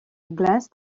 glanced